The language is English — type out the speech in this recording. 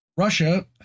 Russia